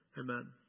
Amen